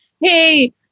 hey